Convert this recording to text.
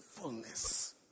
fullness